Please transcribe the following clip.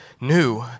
new